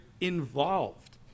involved